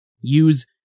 Use